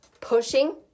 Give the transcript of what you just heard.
pushing